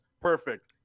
Perfect